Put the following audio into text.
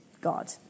God